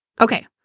Okay